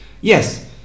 Yes